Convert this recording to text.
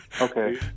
Okay